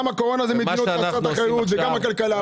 גם הקורונה זה מדיניות חסרת אחריות וגם הכלכלה,